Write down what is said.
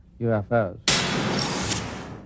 UFOs